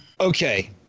Okay